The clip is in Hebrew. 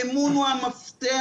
-- האמון הוא המפתח.